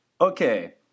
okay